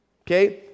Okay